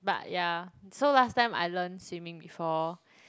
but yeah so last time I learn swimming before